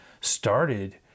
started